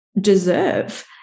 deserve